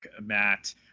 Matt